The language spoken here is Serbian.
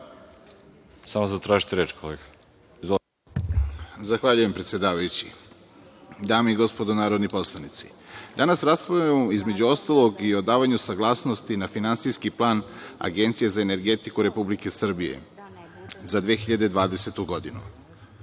**Dalibor Radičević** Zahvaljujem, predsedavajući. Dame i gospodo narodni poslanici, danas raspravljamo, između ostalog, i o davanju saglasnosti na Finansijski plan Agencije za energetiku Republike Srbije za 2020. godinu. Odbor